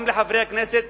גם חברי הכנסת